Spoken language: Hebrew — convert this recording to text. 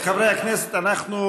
חברי הכנסת, אנחנו